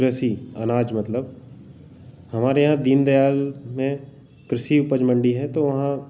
कृषि अनाज मतलब हमारे यहाँ दीन दयाल में कृषि उपज मंडी है तो वहाँ